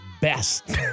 best